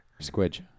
Squidge